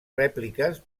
rèpliques